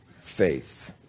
faith